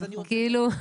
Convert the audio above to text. כאילו,